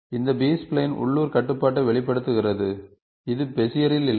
இந்த ஸ்ப்லைன் உள்ளூர் கட்டுப்பாட்டை வெளிப்படுத்துகிறது இது பெசியரில் இல்லை